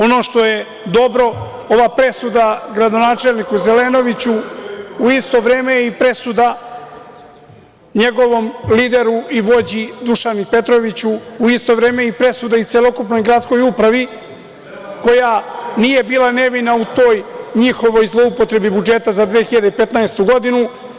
Ono što je dobro, ova presuda gradonačelniku Zelenoviću u isto vreme je i presuda njegovom lideru i vođi Dušanu Petroviću, a u isto vreme je i presuda celokupnoj gradskoj upravi koja nije bila nevina u toj njihovoj zloupotrebi budžeta za 2015. godinu.